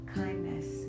kindness